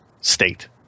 state